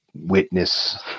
witness